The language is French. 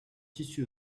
tissu